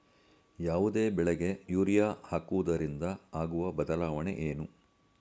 ಯಾವುದೇ ಬೆಳೆಗೆ ಯೂರಿಯಾ ಹಾಕುವುದರಿಂದ ಆಗುವ ಬದಲಾವಣೆ ಏನು?